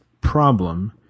problem